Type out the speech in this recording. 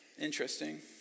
Interesting